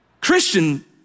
Christian